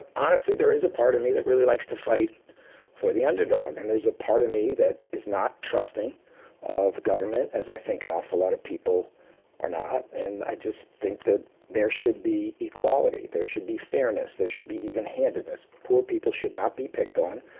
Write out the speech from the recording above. honestly, there is a part of me that really likes to fight for the underdog, and there's a part of me that is not trusting of government, as i think an awful lot of people are not. and i just think that there should be equality, there should be fairness, there should be even handedness. poor people should not be picked on,